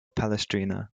palestrina